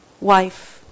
wife